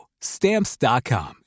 Stamps.com